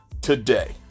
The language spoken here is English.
today